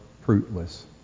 fruitless